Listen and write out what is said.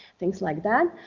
things like that.